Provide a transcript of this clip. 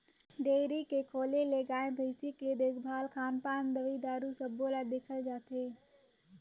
dairy के खोले ले गाय, भइसी के देखभाल, खान पान, दवई दारू सबो ल देखल जाथे